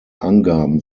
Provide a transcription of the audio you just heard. angaben